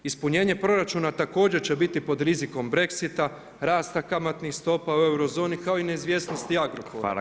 Ispunjenje proračuna također će biti pod rizikom brexita, rasta kamatnih stopa u euro zoni kao i neizvjesnosti Agrokora.